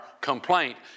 complaint